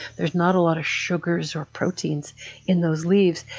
there's not a lot of sugars or proteins in those leaves.